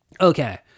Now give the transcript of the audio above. Okay